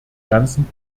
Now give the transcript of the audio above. ganzen